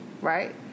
Right